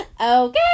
Okay